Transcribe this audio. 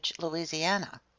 louisiana